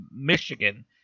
Michigan